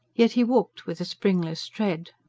yet he walked with a springless tread.